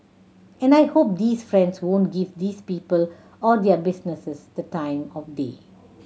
and I hope these friends won't give these people or their businesses the time of day